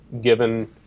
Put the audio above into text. given